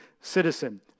citizen